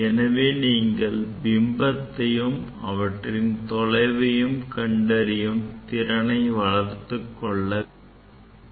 எனவே நீங்கள் பிம்பத்தையும் அவற்றின் தொலைவையும் கண்டறியும் திறனை வளர்த்துக் கொள்ள வேண்டும்